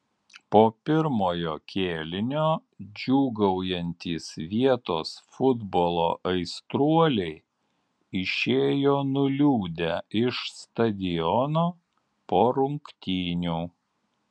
po pirmojo kėlinio džiūgaujantys vietos futbolo aistruoliai išėjo nuliūdę iš stadiono po rungtynių